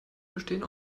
bestehen